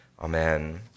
Amen